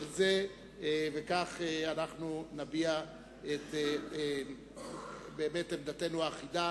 של זה, וכך אנחנו נביע את עמדתנו האחידה